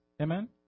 Amen